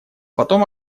потом